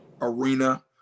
arena